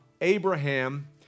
Abraham